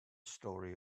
story